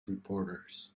reporters